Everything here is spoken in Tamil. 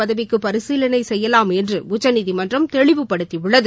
பதவிக்கு பரிசீலனை செய்யலாம் என்று உச்சநீதிமன்றம் தெளிவுபடுத்தியுள்ளது